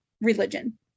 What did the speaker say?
religion